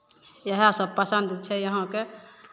इएहसभ पसन्द छै यहाँके